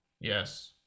Yes